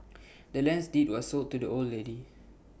the land's deed was sold to the old lady